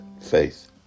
faith